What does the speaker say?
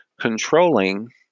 controlling